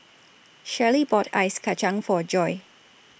Shellie bought Ice Kacang For Joi